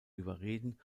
überreden